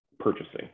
purchasing